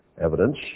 evidence